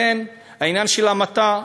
העניין של המתה,